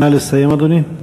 נא לסיים, אדוני.